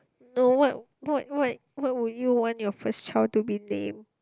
no what what what what would you want your first child to be named